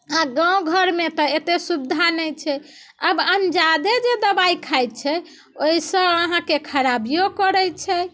आ गाँव घरमे तऽ एतेक सुविधा नहि छै अब अंजादे जे दबाइ खाइत छै ओहिसँ अहाँके खराबियो करैत छै